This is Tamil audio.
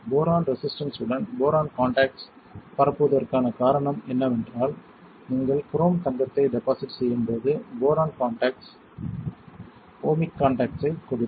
போரான் ரெசிஸ்டன்ஸ் உடன் போரான் காண்டாக்ட்ஸ் பரவுவதற்கான காரணம் என்னவென்றால் நீங்கள் குரோம் தங்கத்தை டெபாசிட் செய்யும் போது போரான் காண்டாக்ட்ஸ் ஓமிக் காண்டாக்ட்ஸ்ஸைக் கொடுக்கும்